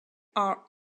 are